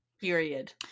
Period